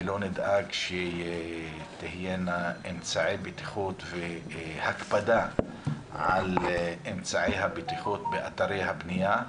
ולא נדאג שיהיו אמצעי בטיחות והקפדה על אמצעי הבטיחות באתרי הבנייה,